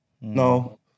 No